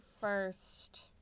first